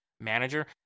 manager